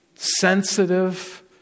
Sensitive